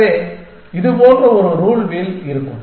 எனவே இது போன்ற ஒரு ரூல் வீல் இருக்கும்